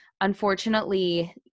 Unfortunately